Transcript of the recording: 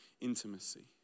intimacy